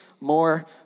more